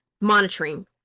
monitoring